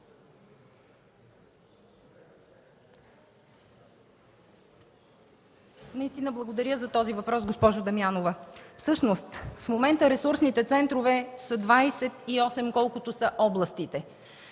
Наистина благодаря за този въпрос, госпожо Дамянова. Всъщност в момента ресурсните центрове са 28 – колкото са областите.